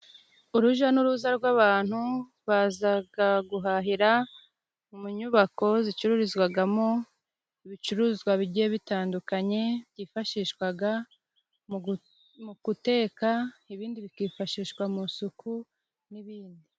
Urujya n'uruza rw'abantu bazaga guhahira mu nyubako zicururizwagamo ibicuruzwa bigiye bitandukanye, byifashishwaga mu guteka, ibindi bikifashishwa mu isuku n'ibindi.